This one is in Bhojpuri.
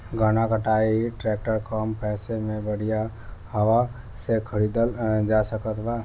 गन्ना कटाई ट्रैक्टर कम पैसे में बढ़िया कहवा से खरिदल जा सकत बा?